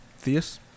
Theus